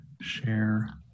share